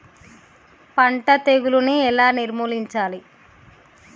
పంట తెగులుని ఎలా నిర్మూలించాలి?